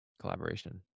collaboration